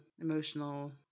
emotional